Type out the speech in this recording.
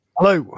Hello